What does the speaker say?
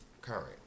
current